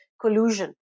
collusion